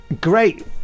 great